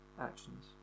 actions